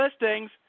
listings